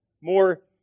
more